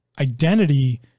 identity